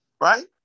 right